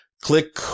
Click